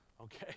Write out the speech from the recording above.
okay